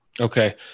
Okay